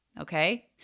Okay